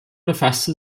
befasste